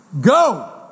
Go